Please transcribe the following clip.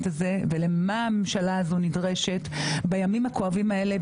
הזה ולמה הממשלה הזאת נדרשת בימים הכואבים האלה.